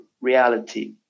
reality